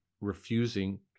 refusing